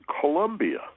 Colombia